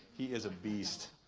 he is a beast!